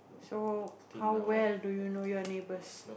so how well do you know your neighbours